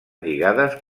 lligades